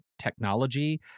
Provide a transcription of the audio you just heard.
technology